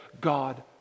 God